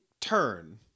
turn